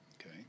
Okay